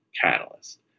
catalyst